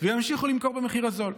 וימשיכו למכור במחיר הזול.